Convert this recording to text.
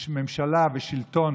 ממשלה ושלטון